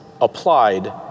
applied